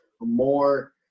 more